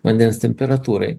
vandens temperatūrai